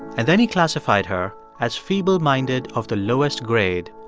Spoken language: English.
and then he classified her as feebleminded of the lowest grade,